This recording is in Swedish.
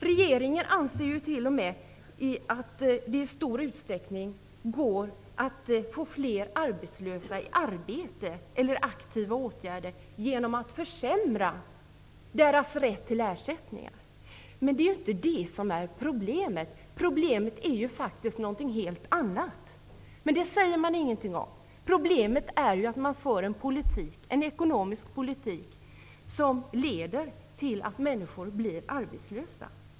Regeringen anser t.o.m. att det i stor utsträckning går att få fler arbetslösa i arbete eller i aktiva åtgärder genom att försämra rätten till ersättning. Men det är inte det som är problemet. Problemet är faktiskt något helt annat, men det säger man ingenting om . Problemet är att man för en ekonomisk politik som leder till att människor blir arbetslösa.